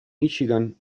michigan